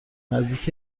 نزدیک